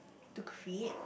to create